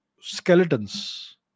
skeletons